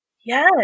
Yes